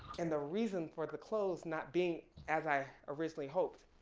and the reason for the close not being as i originally hoped